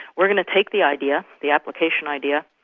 we're going to take the idea, the application idea,